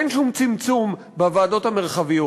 אין שום צמצום בוועדות המרחביות.